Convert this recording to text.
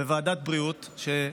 בוועדת הבריאות.